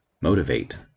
motivate